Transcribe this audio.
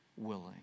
Willing